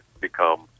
become